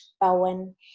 Bowen